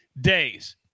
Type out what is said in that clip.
days